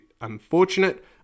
unfortunate